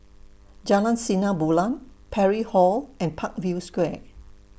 Jalan Sinar Bulan Parry Hall and Parkview Square